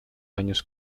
años